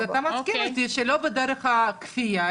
אז אתה מסכים איתי שלא בדרך הכפייה,